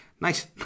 Nice